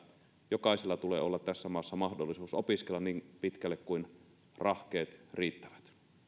jokaisella tulee olla tässä maassa mahdollisuus opiskella niin pitkälle kuin rahkeet riittävät